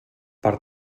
per